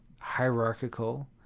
hierarchical